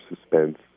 suspense